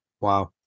Wow